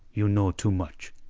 you know too much,